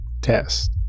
test